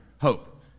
Hope